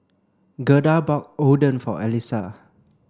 Gerda bought Oden for Allyssa